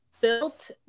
built